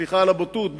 סליחה על הבוטות,